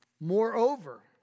Moreover